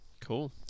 Cool